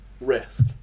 risk